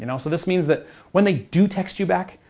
and so this means that when they do text you back,